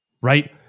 right